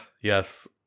Yes